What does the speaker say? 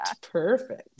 Perfect